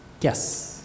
Yes